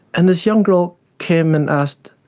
and this young girl came and asked,